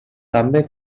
també